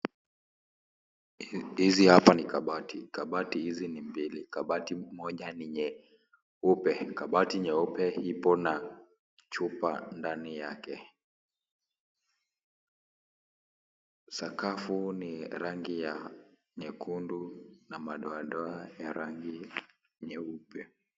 Hizi hapa ni kabati. Kabati hizi ni mbili. Kabati moja ni nye-upe. Kabati nyeupe ipo na chupa ndani yake. Sakafu ni rangi ya nyekundu na madoa doa ya rangi nyeupe.